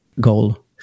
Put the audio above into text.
goal